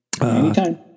anytime